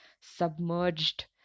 submerged